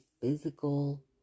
physical